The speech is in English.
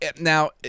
Now